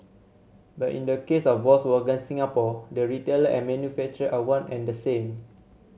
but in the case of Volkswagen Singapore the retailer and manufacture are one and the same